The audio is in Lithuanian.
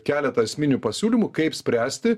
keletą esminių pasiūlymų kaip spręsti